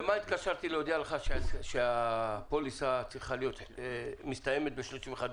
למה התקשרתי להודיע לך שהפוליסה שלך מסתיימת ב-31 בדצמבר?